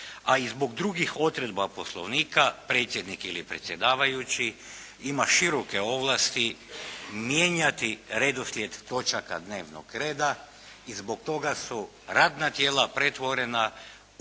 ali i zbog drugih odredaba Poslovnika predsjednik ili predsjedavajući ima široke ovlasti mijenjati redoslijed točaka dnevnog reda. I zbog toga su radna tijela pretvorena u